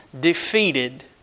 defeated